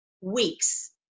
weeks